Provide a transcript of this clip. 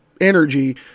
energy